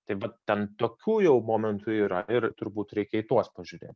tai vat ten tokių jau momentų yra ir turbūt reikia į tuos pažiūrėt